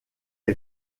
est